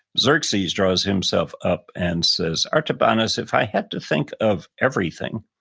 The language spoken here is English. xerxes draws himself up and says, artabanus, if i had to think of everything,